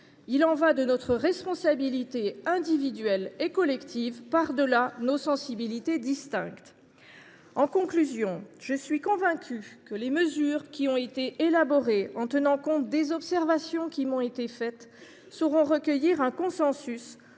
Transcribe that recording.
Il y va de notre responsabilité individuelle et collective, par delà nos sensibilités distinctes. En conclusion, je suis convaincue que ces mesures, qui ont été élaborées en tenant compte des observations qui m’ont été faites, sauront recueillir un consensus